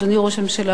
אדוני ראש הממשלה,